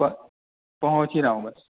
پہنچ ہی رہا ہوں بس